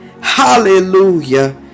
hallelujah